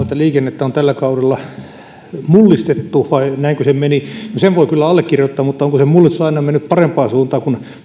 että liikennettä on tällä kaudella mullistettu näinkö se meni sen voi kyllä allekirjoittaa mutta onko se mullistus aina mennyt parempaan suuntaan kun